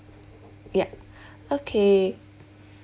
yup okay